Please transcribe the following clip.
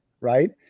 Right